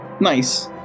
nice